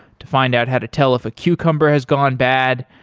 to find out how to tell if a cucumber has gone bad,